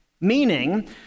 Meaning